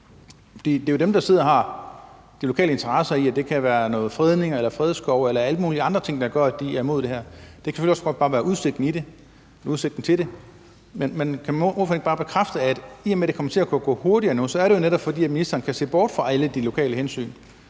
Det er jo dem, der har de lokale interesser i det, og det kan handle om noget fredning, fredskov eller alle mulige andre ting, der gør, at de er imod det her, og det kan selvfølgelig også godt bare være på grund af udsigten til det. Men kan ordføreren ikke bare bekræfte, at det, i og med at det nu kommer til gå hurtigere, jo så netop er, fordi ministeren kan se bort fra alle de lokale hensyn?